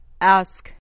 Ask